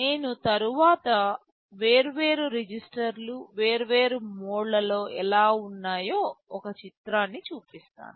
నేను తరువాత వేర్వేరు రిజిస్టర్లు వేర్వేరు మోడ్లలో ఎలా ఉన్నాయో ఒక చిత్రాన్ని చూపిస్తాను